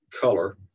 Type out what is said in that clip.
color